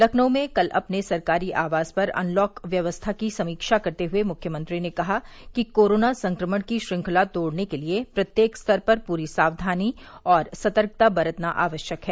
लखनऊ में कल अपने सरकारी आवास पर अनलॉक व्यवस्था की समीक्षा करते हुए मुख्यमंत्री ने कहा कि कोरोना संक्रमण की श्रृंखला तोड़ने के लिए प्रत्येक स्तर पर पूरी साक्वानी व सतर्कता बरतना आवश्यक है